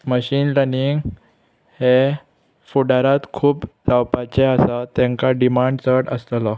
machine learning हे फुडारांत खूब जावपाचे आसा तांकां डिमांड चड आसतलो